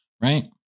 Right